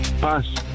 Pass